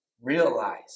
realize